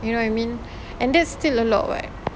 you know what I mean and that's still a lot [what]